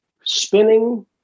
spinning